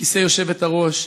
בכיסא יושבת-הראש.